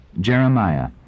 Jeremiah